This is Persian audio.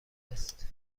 است